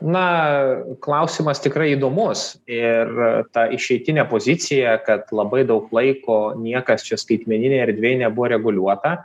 na klausimas tikrai įdomus ir ta išeitinė pozicija kad labai daug laiko niekas čia skaitmeninėj erdvėj nebuvo reguliuota